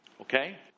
okay